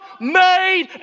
made